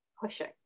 pushing